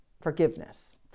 Forgiveness